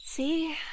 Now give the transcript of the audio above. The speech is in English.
See